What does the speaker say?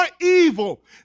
evil